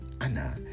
Anna